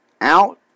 Out